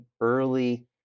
early